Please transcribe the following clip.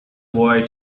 boy